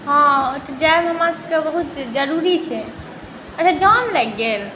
हाँ जाएब हमरासबके बहुत जरूरी छै अच्छा जाम लागि गेल